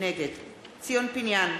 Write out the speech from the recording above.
נגד ציון פיניאן,